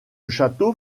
château